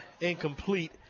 incomplete